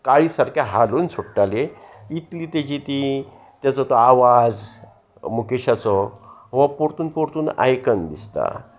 काळी सारकें हालून सोडटाली इतली तेजी ती तेजो तो आवाज मुकेशाचो हो परतून परोरतून आयकन दिसता